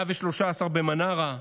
113 במנרה,